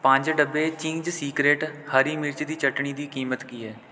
ਪੰਜ ਡੱਬੇ Ching's Secret ਹਰੀ ਮਿਰਚ ਦੀ ਚਟਣੀ ਦੀ ਕੀਮਤ ਕੀ ਹੈ